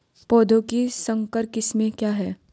पौधों की संकर किस्में क्या हैं?